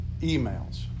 emails